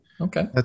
Okay